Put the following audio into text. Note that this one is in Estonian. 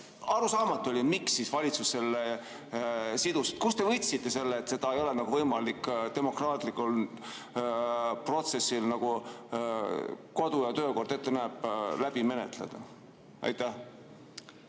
Arusaamatu oli, miks valitsus selle sidus ... Kust te võtsite selle, et seda ei ole võimalik demokraatlikus protsessis, nagu kodu‑ ja töökord ette näeb, läbi menetleda? Aitäh